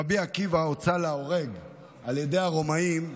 שרבי עקיבא הוצא להורג על ידי הרומאים,